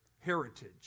heritage